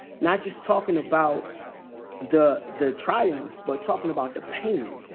not just talking about the the triumph, but talking about the pain.